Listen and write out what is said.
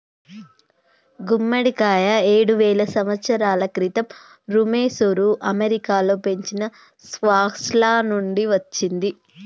గుమ్మడికాయ ఏడువేల సంవత్సరాల క్రితం ఋమెసోఋ అమెరికాలో పెంచిన స్క్వాష్ల నుండి వచ్చింది